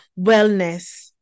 wellness